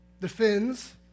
defends